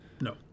no